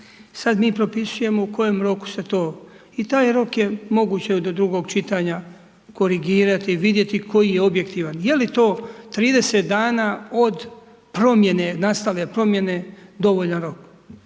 Sada mi propisujemo u kojem roku se to i taj rok je moguće do drugog čitanja korigirati, vidjeti koji je objektivan, je li to 30 dana od promjene nastale promjene dovoljan rok.